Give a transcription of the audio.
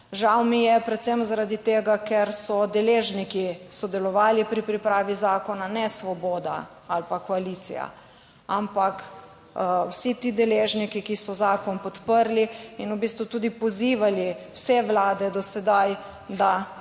Žal mi je predvsem zaradi tega, ker so deležniki sodelovali pri pripravi zakona, ne Svoboda ali pa koalicija, ampak vsi ti deležniki, ki so zakon podprli in v bistvu tudi pozivali vse vlade do sedaj, da